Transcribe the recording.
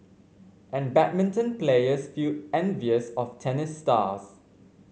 and badminton players feel envious of tennis stars